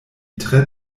tre